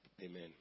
amen